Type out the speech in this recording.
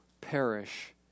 perish